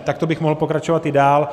Takto bych mohl pokračovat i dál.